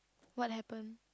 what happen